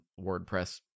wordpress